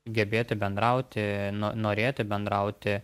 gebėti bendrauti no norėti bendrauti